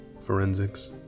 forensics